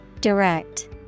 Direct